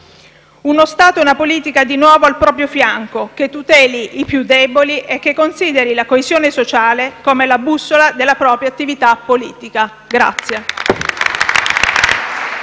Uno Stato e una politica di nuovo al proprio fianco, che tuteli i più deboli e che consideri la coesione sociale come la bussola della propria attività politica.